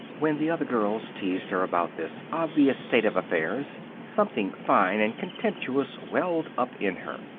when the other girls teased her about this obvious state of affairs, something fine and contemptuous welled up in her.